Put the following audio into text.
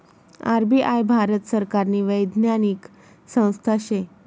RBI Bharat सरकारनी वैधानिक संस्था शे